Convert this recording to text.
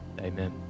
amen